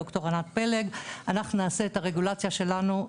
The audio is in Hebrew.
ד"ר ענת פלג: נעשה את הרגולציה שלנו.